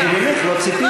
כי ממך לא ציפיתי.